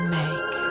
make